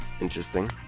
Interesting